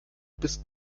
bis